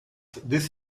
this